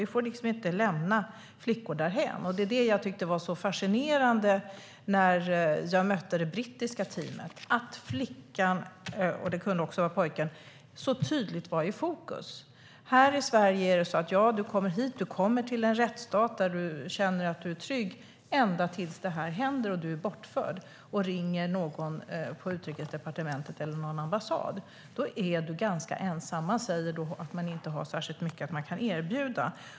Vi får inte lämna flickor därhän. Det som jag tyckte var så fascinerande när jag mötte det brittiska teamet var att flickan - det kunde också vara pojken - så tydligt var i fokus. Här i Sverige är det så här: Du kommer hit. Du kommer till en rättsstat där du känner att du är trygg ända tills det här händer och du är bortförd och ringer någon på Utrikesdepartementet eller på någon ambassad. Då är du ganska ensam. Man säger då att man inte har särskilt mycket att erbjuda.